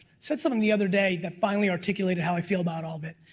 said something the other day, that finally articulated how i feel about all of it.